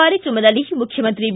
ಕಾರ್ಯಕ್ರಮದಲ್ಲಿ ಮುಖ್ಯಮಂತ್ರಿ ಬಿ